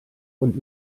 und